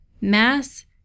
mass